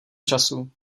času